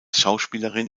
schauspielerin